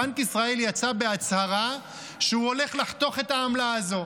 בנק ישראל יצא בהצהרה שהוא הולך לחתוך את העמלה הזאת,